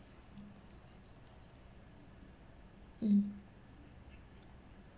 mm